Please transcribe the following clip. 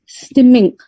stimming